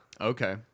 Okay